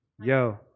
Yo